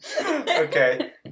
okay